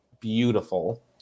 beautiful